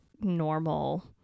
normal